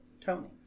Tony